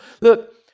Look